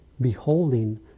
beholding